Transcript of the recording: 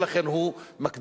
ולכן הוא מקדים.